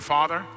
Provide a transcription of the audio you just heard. Father